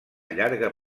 llarga